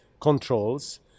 controls